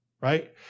right